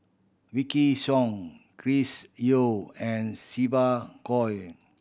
Wykidd Song Chris Yeo and Siva Choy